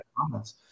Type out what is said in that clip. comments